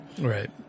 Right